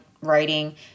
writing